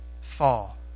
fall